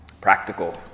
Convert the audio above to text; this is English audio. practical